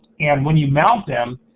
and when you mount them,